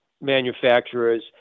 manufacturers